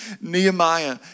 Nehemiah